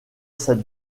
cette